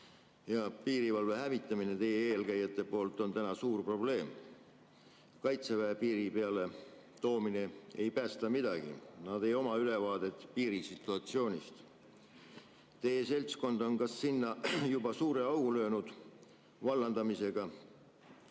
Piirivalve hävitamine teie eelkäijate poolt on suur probleem. Kaitseväe piiri peale toomine ei päästa midagi, nad ei oma ülevaadet piirisituatsioonist. Teie seltskond on sinna vallandamistega